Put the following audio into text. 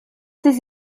ses